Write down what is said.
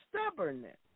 stubbornness